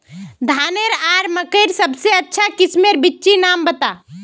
धानेर आर मकई सबसे अच्छा किस्मेर बिच्चिर नाम बता?